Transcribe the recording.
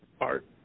Art